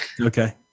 Okay